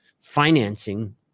financing